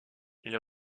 ils